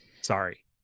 Sorry